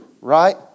right